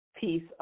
piece